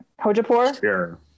Hojapur